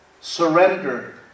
Surrender